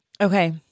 Okay